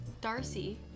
Darcy